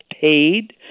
paid